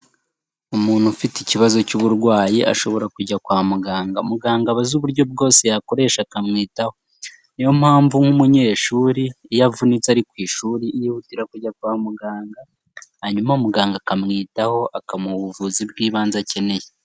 Umuntu ufite ikibazo cy'uburwayi ashobora kujya kwa muganga, muganga aba azi uburyo bwose yakoresha akamwitaho. Ni iyo mpamvu nk'umunyeshuri iyo avunitse ari ku ishuri yihutira kujya kwa muganga hanyuma muganga akamwitaho akamuha ubuvuzi bw'ibanze akeneye.